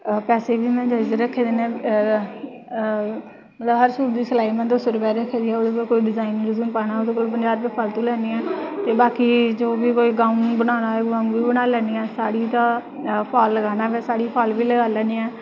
पैसे बी में ठीक रक्खे दे नै हर चीज दी सलाई में दो सौ रक्खी दी ऐ ओह्दे पर डिजाइन पाना होऐ ते ओह्दे फालतू लैन्नी आं ते बाकी जो बी गाउन बनाना होऐ ओह् बी बनाई लैन्नी आं साड़ी दा फाल लगाना होऐ साड़ी गी फाल बी लाई लैन्नी आं